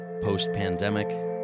post-pandemic